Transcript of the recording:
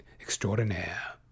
extraordinaire